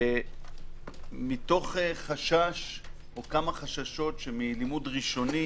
מתוך חשש או חששות, שמלימוד ראשוני